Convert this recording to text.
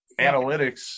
analytics